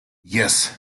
yes